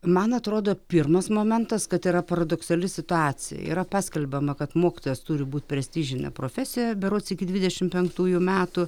man atrodo pirmas momentas kad yra paradoksali situacija yra paskelbiama kad mokytojas turi būti prestižinė profesija berods iki dvidešimt penktųjų metų